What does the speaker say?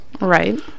Right